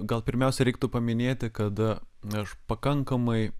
gal pirmiausia reiktų paminėti kada aš pakankamai